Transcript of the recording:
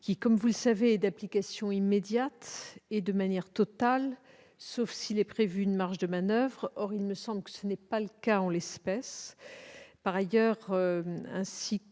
qui, comme vous le savez, est d'application immédiate et totale, sauf s'il est prévu une marge de manoeuvre, ce qui ne me semble pas être le cas en l'espèce. Par ailleurs, ainsi que